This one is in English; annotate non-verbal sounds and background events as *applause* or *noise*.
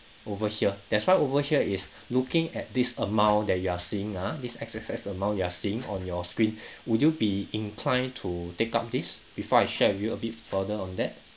over here that's why over here it's *breath* looking at this amount that you are seeing ah this exercise the amount you are seeing on your screen *breath* would you be inclined to take up this before I share with you a bit further on that